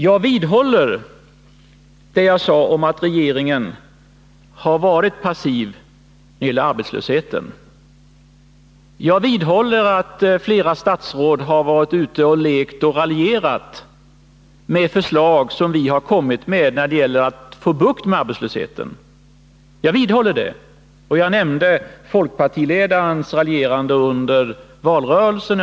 Jag vidhåller det jag sade om att regeringen har varit passiv när det gäller arbetslösheten. Jag vidhåller att flera statsråd har varit ute och lekt och raljerat med förslag som vi har kommit med när det gäller att få bukt med arbetslösheten. Jag nämnde folkpartiledarens raljerande under valrörelsen.